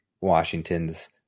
Washington's